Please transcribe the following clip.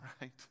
right